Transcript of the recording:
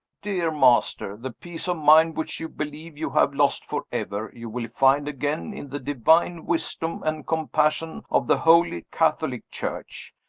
dear master, the peace of mind, which you believe you have lost forever, you will find again in the divine wisdom and compassion of the holy catholic church.